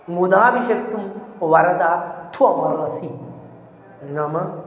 मुदा विषत्तुं वरदा नाम